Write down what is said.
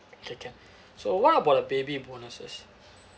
okay can so what about the baby bonuses